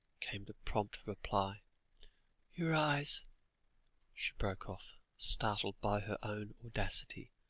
came the prompt reply your eyes she broke off, startled by her own audacity,